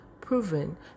proven